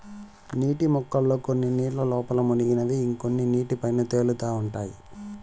నీటి మొక్కల్లో కొన్ని నీళ్ళ లోపల మునిగినవి ఇంకొన్ని నీటి పైన తేలుతా ఉంటాయి